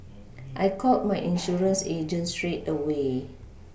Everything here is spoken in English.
I called my insurance agent straight away